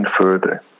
further